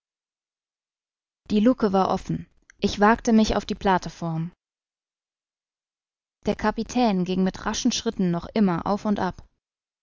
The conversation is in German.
die lucke war offen ich wagte mich auf die plateform der kapitän ging mit raschen schritten noch immer auf und ab